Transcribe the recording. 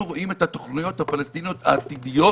אנחנו רואים את התוכניות הפלסטיניות העתידיות